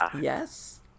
Yes